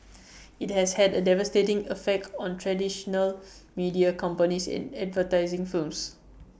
IT has had A devastating effect on traditional media companies and advertising firms